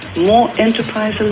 more enterprise and